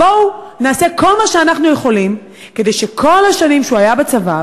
בואו נעשה כל מה שאנחנו יכולים כדי שכל השנים שהוא היה בצבא,